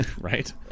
Right